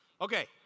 Okay